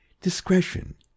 Discretion